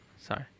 Sorry